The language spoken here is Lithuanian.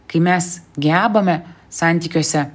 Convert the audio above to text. kai mes gebame santykiuose